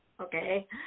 Okay